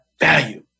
value